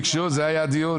זה היה הדיון.